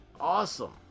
Awesome